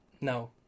No